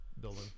building